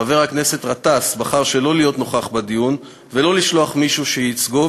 חבר הכנסת גטאס בחר שלא להיות נוכח בדיון ולא לשלוח מישהו שייצגו,